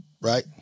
right